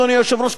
אדוני היושב-ראש,